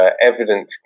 evidence